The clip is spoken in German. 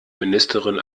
ministerin